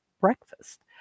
breakfast